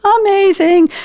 amazing